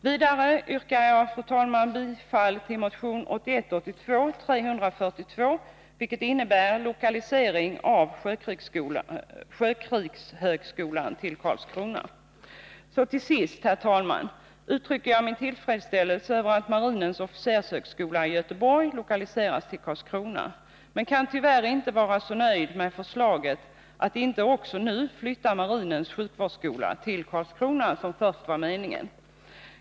Vidare yrkar jag, fru talman, bifall till motion 1981/82:343, vilket innebär lokalisering av sjökrigshögskolan till Karlskrona. Till sist, fru talman, uttrycker jag min tillfredsställelse över att marinens officershögskola i Göteborg lokaliseras till Karlskrona. Men jag kan tyvärr inte vara så nöjd med förslaget att inte också nu flytta marinens sjukvårdsskola till Karlskrona, som först var meningen.